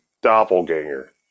doppelganger